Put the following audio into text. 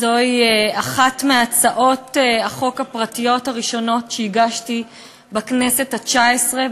זוהי אחת מהצעות החוק הפרטיות הראשונות שהגשתי בכנסת התשע-עשרה,